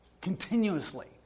continuously